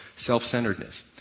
self-centeredness